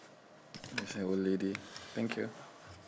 there's an old lady thank you